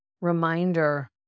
reminder